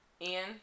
Ian